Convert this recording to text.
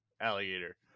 alligator